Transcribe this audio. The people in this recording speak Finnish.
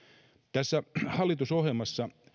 tässä hallitusohjelmassa